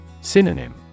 Synonym